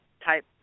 type